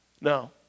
No